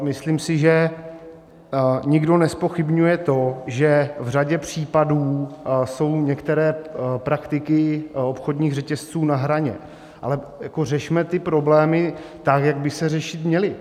Myslím si, že nikdo nezpochybňuje to, že v řadě případů jsou některé praktiky obchodních řetězců na hraně, ale řešme ty problémy tak, jak by se řešit měly.